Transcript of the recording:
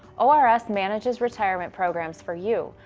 ors manages retirement programs for you,